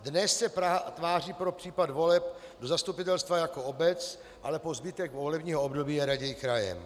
Dnes se Praha tváří pro případ voleb do zastupitelstva jako obec, ale po zbytek volebního období je raději krajem.